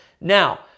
Now